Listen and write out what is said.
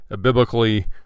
Biblically